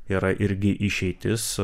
yra irgi išeitis